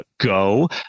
go